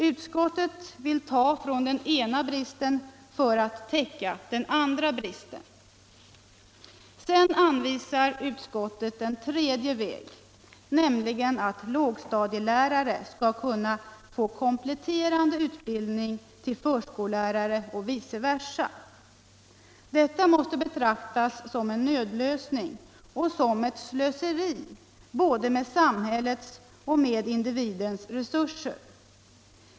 Utskottet vill öka den ena bristen för att minska den andra bristen. Sedan anvisar utskottet en tredje utväg, nämligen att lågstadielärare skall kunna få kompletterande utbildning till förskollärare och vice versa. Detta måste betraktas som en nödlösning och ett slöseri med både samhällets och individens resurser.